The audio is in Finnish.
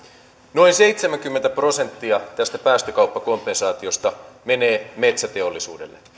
noin seitsemänkymmentä prosenttia tästä päästökauppakompensaatiosta menee metsäteollisuudelle